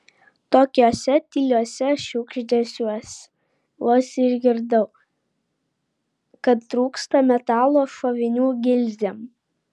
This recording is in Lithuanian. tokiuose tyliuose šiugždesiuos vos išgirdau kad trūksta metalo šovinių gilzėm